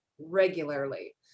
regularly